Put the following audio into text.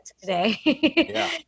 today